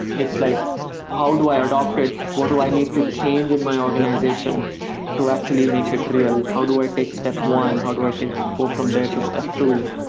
it's like how do i adopt it? what do i need to change in my organization to actually make it real? and how do i take step one? how do i take go from there to step two?